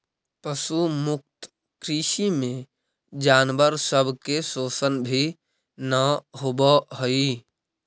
पशु मुक्त कृषि में जानवर सब के शोषण भी न होब हई